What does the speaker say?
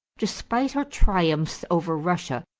despite her triumphs over russia,